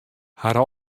har